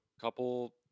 couple